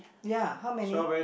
ya how many